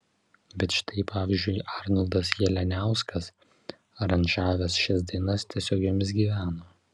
bet štai pavyzdžiui arnoldas jalianiauskas aranžavęs šias dainas tiesiog jomis gyveno